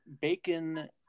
bacon